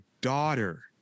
daughter